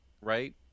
right